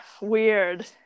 weird